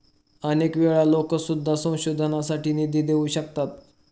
अनेक वेळा लोकं सुद्धा संशोधनासाठी निधी देऊ शकतात